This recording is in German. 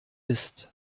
ist